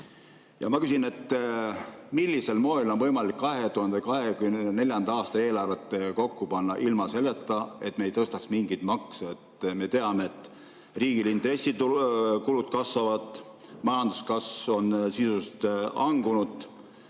Ja ma küsin, millisel moel on võimalik 2024. aasta eelarvet kokku panna ilma selleta, et me tõstaks mingeid makse. Me teame, et riigil intressikulud kasvavad, majanduskasv on sisuliselt hangunud,